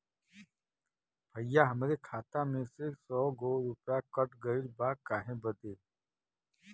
भईया हमरे खाता मे से सौ गो रूपया कट गइल बा काहे बदे?